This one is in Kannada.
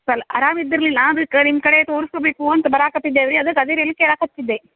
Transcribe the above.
ಸಲ್ಪ್ ಆರಾಮ ಇದ್ದಿರಲಿಲ್ಲ ಅದಕ್ಕೆ ನಿಮ್ಮ ಕಡೆ ತೋರಿಸ್ಕೋಬೇಕು ಅಂತ ಬರಾಕತ್ತಿದ್ದೇವೆ ರೀ ಅದಕ್ಕೆ ಅದೇ ರೀ ಎಲ್ಲಿ ಕೇಳಕತ್ತಿದ್ದೆ